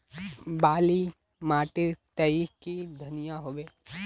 बाली माटी तई की धनिया होबे?